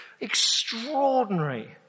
extraordinary